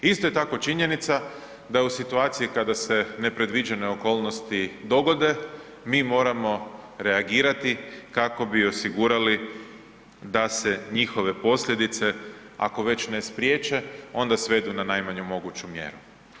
Isto je tako činjenica da u situaciji kada se nepredviđene okolnosti dogode, mi moramo reagirati kako bi osigurali da se njihove posljedice, ako već ne spriječe, onda svedu na najmanju moguću mjeru.